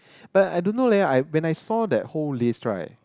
but I don't know leh I when I saw that whole list right